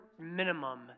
minimum